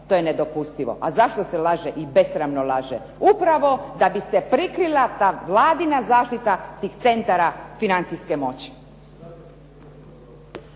To je nedopustivo. A zašto se laže i besramno laže? Upravo da bi se prikrila ta Vladina zaštita tih centara financijske moći.